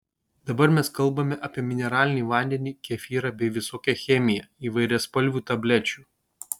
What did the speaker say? dabar mes kalbame apie mineralinį vandenį kefyrą bei visokią chemiją įvairiaspalvių tablečių